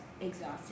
exhausted